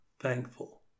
thankful